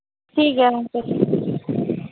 ᱴᱷᱤᱠ ᱜᱮᱭᱟ ᱜᱚᱝᱠᱮ